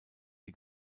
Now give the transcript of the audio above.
die